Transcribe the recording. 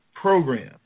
program